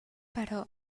però